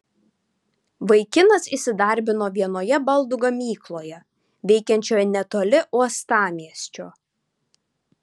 vaikinas įsidarbino vienoje baldų gamykloje veikiančioje netoli uostamiesčio